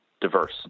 diverse